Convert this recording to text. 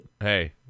hey